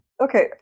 Okay